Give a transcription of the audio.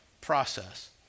process